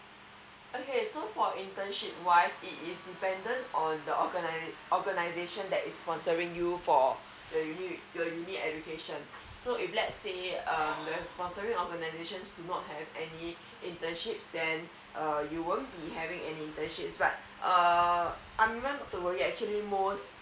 okay so for internship wise it is dependent on the organize organization that is sponsoring you for your uni your uni education so if let's say uh the sponsoring organizations do not have any internships then uh you won't be having an internships err but amira not to worry actually most